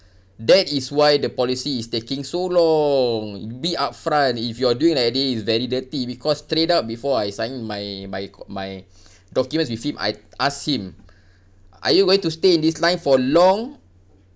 that is why the policy is taking so long be upfront if you're doing like this is very dirty because straight up before I sign my my co~ my documents with him I asked him are you going to stay in this line for long